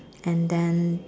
and then